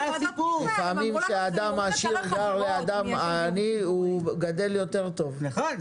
לפעמים כשאדם עשיר גר ליד אדם עני הוא גדל טוב יותר,